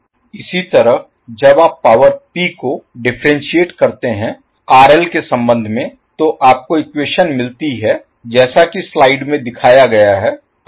इसी तरह जब आप पॉवर P को डिफ्रेंटिएट करते हैं RL के संबंध में तो आपको इक्वेशन मिलती है जैसा कि स्लाइड में दिखाया गया है